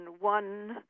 one